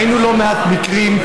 ראינו לא מעט מקרים,